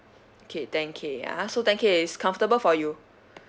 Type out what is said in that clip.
K ten K ah so ten K is comfortable for you